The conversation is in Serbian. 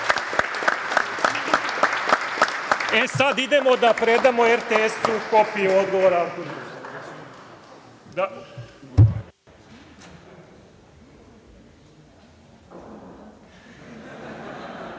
sada idemo da predamo RTS-u, kopiju odgovora.